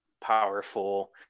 powerful